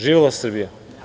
Živela Srbija.